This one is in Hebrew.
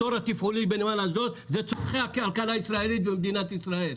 התור התפעולי בנמל אשדוד זה צורכי הכלכלה הישראלית במדינת ישראל.